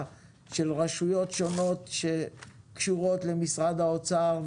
של רשויות שונות שקשורות למשרד האוצר,